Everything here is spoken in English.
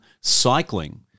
Cycling